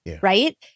right